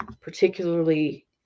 particularly